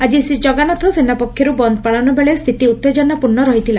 ଆଜି ଶ୍ରୀଜଗନ୍ଦାଥ ସେନା ପକ୍ଷରୁ ବନ୍ଦ ପାଳନ ବେଳେ ସ୍ସିତି ଉଉଜନାପୂର୍ଷ୍ଣ ରହିଥିଲା